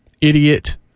idiot